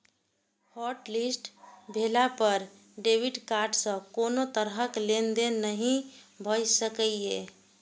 hotlist भेला पर debit card सं कोनो तरहक लेनदेन नहि भए सकैए